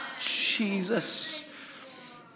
Jesus